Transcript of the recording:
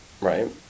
right